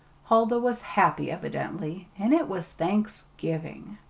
huldah was happy, evidently and it was thanksgiving!